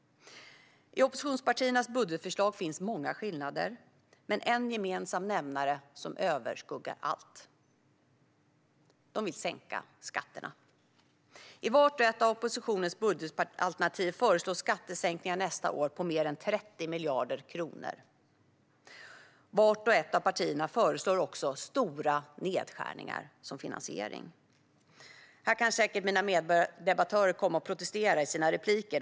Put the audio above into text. I oppositionspartiernas budgetförslag finns många skillnader men en gemensam nämnare som överskuggar allt: De vill sänka skatterna. I vart och ett av oppositionens budgetalternativ föreslås skattesänkningar nästa år på mer än 30 miljarder kronor. Vart och ett av partierna föreslår också stora nedskärningar som finansiering. Här kan mina meddebattörer säkert komma att protestera i sina repliker.